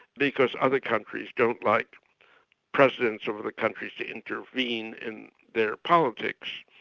because other countries don't like presidents of other countries to intervene in their politics.